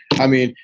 i mean,